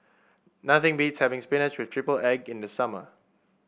nothing beats having spinach with triple egg in the summer